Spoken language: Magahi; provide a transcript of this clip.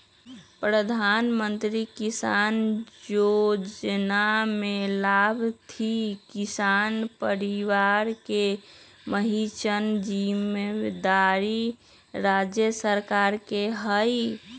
प्रधानमंत्री किसान जोजना में लाभार्थी किसान परिवार के पहिचान जिम्मेदारी राज्य सरकार के हइ